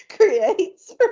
creates